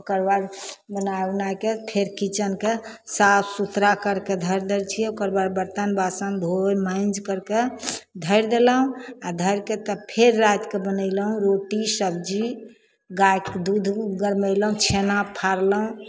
ओकर बाद बनाय उनायके फेर कीचनके साफ सुथरा करिके धर दै छियै ओकर बाद बर्तन बासन धो माँजि करिके धरि देलहुँ आओर धरिके तब फेर रातिके बनेलहुँ रोटी सब्जी गायके दूध उध गरमेलहुँ छेना फारलहुँ